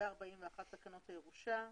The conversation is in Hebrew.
ו-41 לתקנות הירושה.